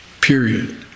Period